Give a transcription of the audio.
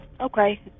Okay